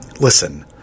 Listen